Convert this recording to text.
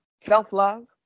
self-love